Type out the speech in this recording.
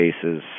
cases